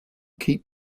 keep